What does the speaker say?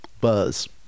Buzz